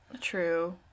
True